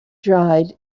dried